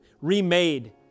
remade